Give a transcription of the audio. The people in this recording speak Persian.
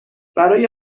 برای